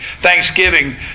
Thanksgiving